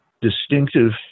distinctive